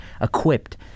equipped